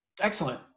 Excellent